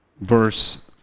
verse